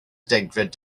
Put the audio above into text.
degfed